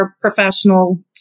professional